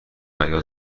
فریاد